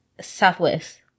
Southwest